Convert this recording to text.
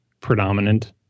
predominant